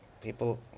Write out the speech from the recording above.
People